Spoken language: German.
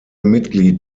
mitglied